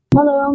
Hello